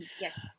Yes